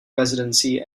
residency